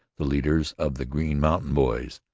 the leaders of the green mountain boys,